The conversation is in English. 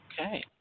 Okay